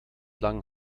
lang